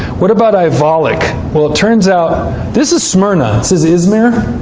what about ayvalik? well, it turns out this is smyrna. this is izmir.